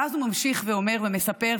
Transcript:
ואז הוא ממשיך ואומר ומספר,